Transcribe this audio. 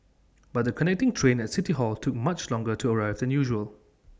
but the connecting train at city hall took much longer to arrive than usual